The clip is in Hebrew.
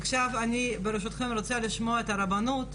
עכשיו, ברשותכם, אני רוצה לשמוע את הרבנות,